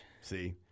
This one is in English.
See